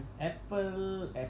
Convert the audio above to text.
Apple